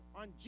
on